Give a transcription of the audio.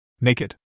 Naked